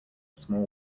small